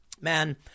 Man